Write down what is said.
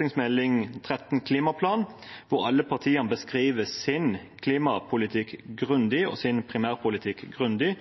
innstillingen til Meld. St. 13 for 2020–2021, hvor alle partiene beskriver sin klimapolitikk og primærpolitikk grundig.